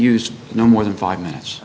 use no more than five minutes